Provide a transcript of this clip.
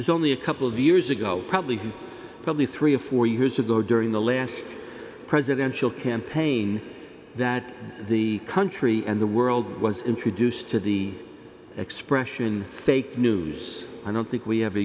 was only a couple of years ago probably he probably three or four years ago during the last presidential campaign that the country and the world was introduced to the expression fake news i don't think we